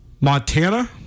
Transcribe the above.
Montana